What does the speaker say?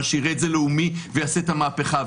מה שיראה את זה כלאומי ויעשה את המהפכה.